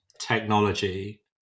technology